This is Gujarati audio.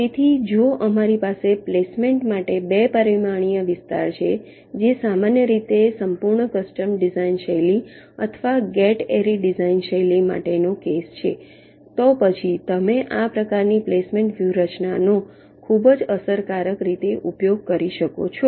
તેથી જો અમારી પાસે પ્લેસમેન્ટ માટે 2 પરિમાણીય વિસ્તાર છે જે સામાન્ય રીતે સંપૂર્ણ કસ્ટમ ડિઝાઇન શૈલી અથવા ગેટ એરે ડિઝાઇન શૈલી માટેનો કેસ છે તો પછી તમે આ પ્રકારની પ્લેસમેન્ટ વ્યૂહરચનાનો ખૂબ જ અસરકારક રીતે ઉપયોગ કરી શકો છો